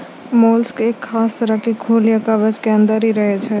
mollusc एक खास तरह के खोल या कवच के अंदर हीं रहै छै